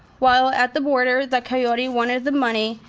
while at the border, the coyote wanted the money.